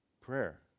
prayer